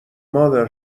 مادر